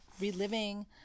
reliving